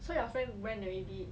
so your friend went already